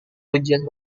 ujian